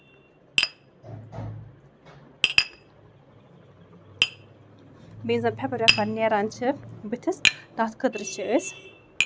بیٚیہِ زَن پھیٚپھر ویٚپھر نیران چھِ بٕتھِس تَتھ خٲطرٕ چھِ أسۍ